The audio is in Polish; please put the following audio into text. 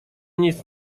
nic